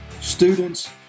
students